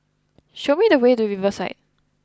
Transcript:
show me the way to Riverside